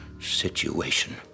situation